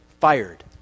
fired